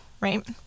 right